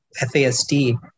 FASD